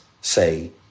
say